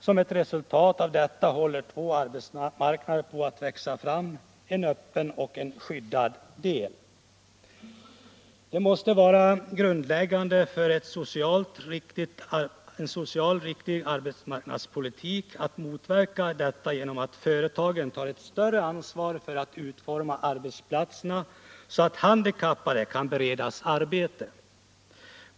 Som ett resultat av detta håller två arbetsmarknader på att växa fram: en öppen och en skyddad del. Det måste vara grundläggande för en socialt riktig arbetsmarknadspolitik att motverka detta genom att företagen tar ett större ansvar för att utforma arbetsplatserna så att handikappade kan beredas arbete.